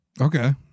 Okay